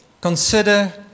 consider